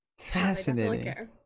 Fascinating